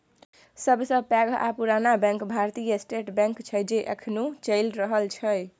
सबसँ पैघ आ पुरान बैंक भारतीय स्टेट बैंक छै जे एखनहुँ चलि रहल छै